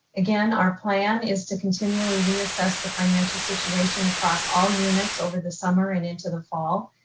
again, our plan is to continually reassess the financial situation across all units over the summer and into the fall.